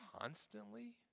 constantly